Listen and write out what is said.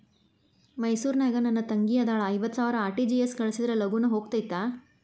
ಮೈಸೂರ್ ನಾಗ ನನ್ ತಂಗಿ ಅದಾಳ ಐವತ್ ಸಾವಿರ ಆರ್.ಟಿ.ಜಿ.ಎಸ್ ಕಳ್ಸಿದ್ರಾ ಲಗೂನ ಹೋಗತೈತ?